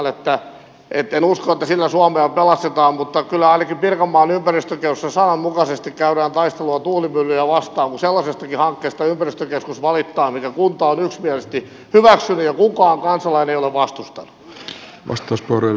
en usko että sillä suomea pelastetaan mutta kyllä ainakin pirkanmaan ympäristökeskuksessa sananmukaisesti käydään taistelua tuulimyllyjä vastaan kun sellaisestakin hankkeesta ympäristökeskus valittaa minkä kunta on yksimielisesti hyväksynyt ja mitä kukaan kansalainen ei ole vastustanut